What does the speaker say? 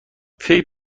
فکر